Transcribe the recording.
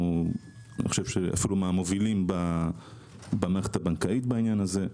אני חושב שאנחנו אפילו מהמובילים במערכת הבנקאית בעניין הזה.